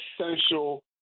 essential